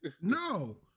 No